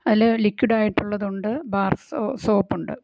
അല്ലേ ലിക്വിഡ് ആയിട്ടുള്ളതുണ്ട് ബാർ സോപ്പുണ്ട്